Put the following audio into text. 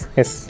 yes